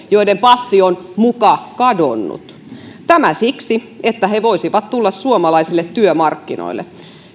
joiden passi on muka kadonnut tämä siksi että he voisivat tulla suomalaisille työmarkkinoille